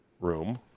room